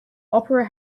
opera